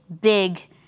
big